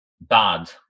Bad